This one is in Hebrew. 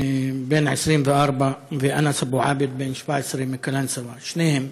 בן 24, ואנאס אבו עאבד, בן 17, מקלנסואה שניהם,